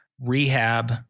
rehab